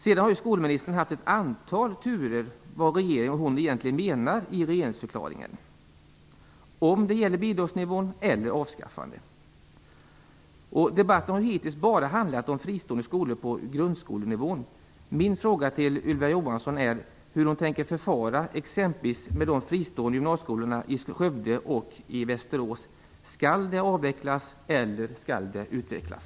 Men därefter har skolministern i ett antal turer försökt förklara vad hon och regeringen egentligen menar med det som sägs i regeringsförklaringen - om det gäller bidragsnivån eller om det gäller ett avskaffande. Debatten har hittills bara handlat om fristående skolor på grundskolenivå. Min fråga till Ylva Johansson är: Hur tänker Ylva Johansson förfara med exempelvis de fristående gymnasieskolorna i Skövde och i Västerås? Skall de avvecklas eller utvecklas?